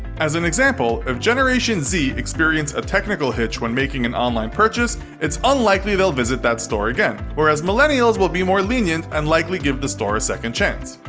as an example, if generation z experience a technical hitch when making an online purchase, it's unlikely they'll visit the store again, whereas millennials will be more lenient and likely give the store a second chance.